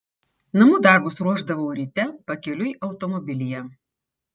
namų darbus ruošdavau ryte pakeliui automobilyje